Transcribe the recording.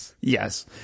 Yes